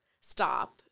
stop